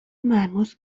مرموز